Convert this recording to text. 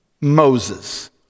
Moses